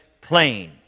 plain